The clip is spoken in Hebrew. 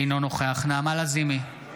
אינו נוכח נעמה לזימי,